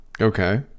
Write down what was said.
okay